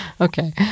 okay